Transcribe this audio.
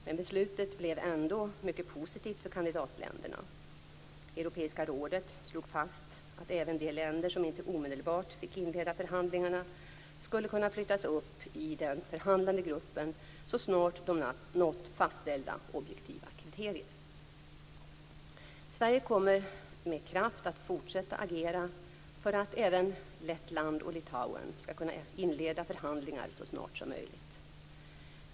Men beslutet blev ändå mycket positivt för kandidatländerna. Europeiska rådet slog fast att även de länder som inte omedelbart fick inleda förhandlingar skulle kunna flyttas upp i den förhandlande gruppen så snart de uppnått fastställda objektiva kriterier. Sverige kommer med kraft att fortsätta agera för att även Lettland och Litauen skall kunna inleda förhandlingar så snart som möjligt.